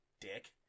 dick